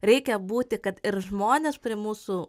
reikia būti kad ir žmonės prie mūsų